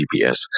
GPS